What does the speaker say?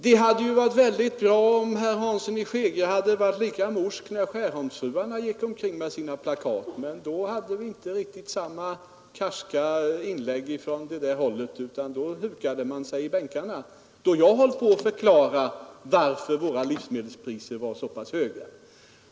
Det hade varit bra om herr Hansson hade varit lika morsk när husmödrarna från Skärholmen demonstrerade med sina plakat. Då hörde man inte samma karska inlägg från det hållet, då hukade man sig i bänkarna. Jag fick förklara varför våra livsmedelspriser var så pass höga.